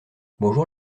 bonjour